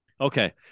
Okay